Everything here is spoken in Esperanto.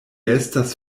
estas